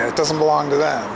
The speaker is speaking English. it doesn't belong to th